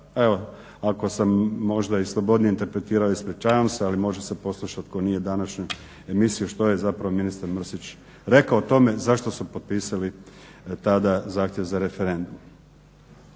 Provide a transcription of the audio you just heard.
Evo, ako sam možda i slobodnije interpretirao, ispričavam se ali može se poslušati tko nije današnju emisiju što je ministar Mrsić rekao o tome zašto su potpisali tada zahtjev za referendum.